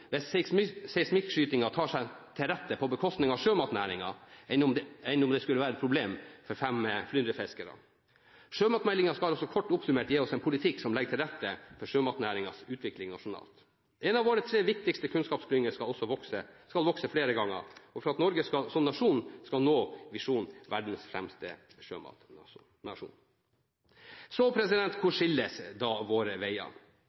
hvis seismikkskytingen tar seg til rette på bekostning av sjømatnæringen, enn om det skulle være et problem for fem flyndrefiskere. Sjømatmeldingen skal altså kort oppsummert gi oss en politikk som legger til rette for sjømatnæringens utvikling nasjonalt. En av våre tre viktigste kunnskapsklynger skal vokse flere ganger, for at Norge som nasjon skal nå visjonen om «verdens fremste sjømatnasjon». Hvor skilles våre veier?